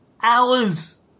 Hours